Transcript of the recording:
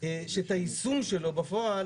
שאת היישום שלו בפועל